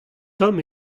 tomm